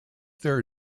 their